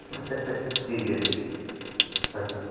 ਠੀਕ ਹੈ ਜੀ ਹਾਂਜੀ